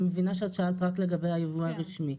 אני מבינה ששאלת רק לגבי הייבוא הרשמי.